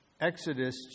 Exodus